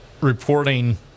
reporting